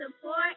support